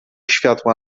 światła